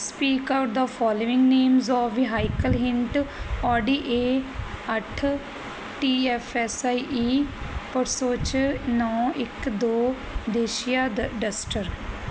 speak out the following names of vehicle hint Audi A ਅੱਠ TFSIE Porsche ਨੌ ਇੱਕ ਦੋ ਦੇਸ਼ੀਆਂ ਦ ਡਸਟਰ